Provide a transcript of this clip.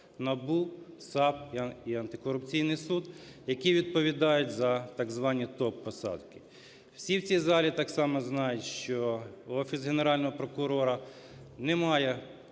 НАБУ, САП і антикорупційний суд – які відповідають за так звані топ-посадки. Всі в цій залі так само знають, що Офіс Генерального прокурора не має